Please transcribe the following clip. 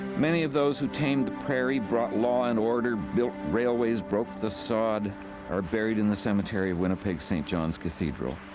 many of those who tamed the prairie, brought law and order, built railways, broke the sod are buried in the cemetery of winnipeg's st. john's cathedral.